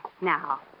Now